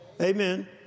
Amen